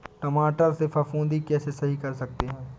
टमाटर से फफूंदी कैसे सही कर सकते हैं?